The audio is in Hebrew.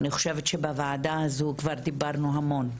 אני חושבת שבוועדה הזו כבר דיברנו המון,